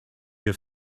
have